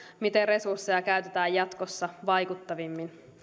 miten resursseja käytetään jatkossa vaikuttavimmin